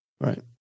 Right